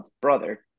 brother